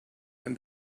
and